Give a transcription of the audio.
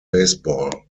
baseball